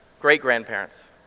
great-grandparents